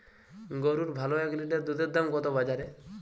গরুর ভালো এক লিটার দুধের দাম কত বাজারে?